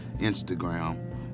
Instagram